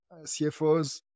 CFOs